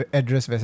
address